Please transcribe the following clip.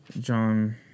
John